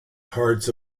hearts